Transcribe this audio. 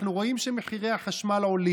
אנחנו רואים שמחירי החשמל עולים,